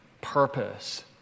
purpose